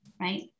right